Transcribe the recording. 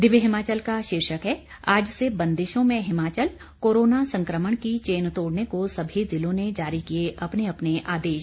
दिव्य हिमाचल का शीर्षक है आज से बंदिशों में हिमाचल कोरोना संकमण की चेन तोड़ने को सभी जिलों ने जारी किए अपने अपने आदेश